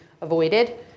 avoided